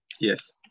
Yes